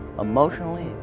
emotionally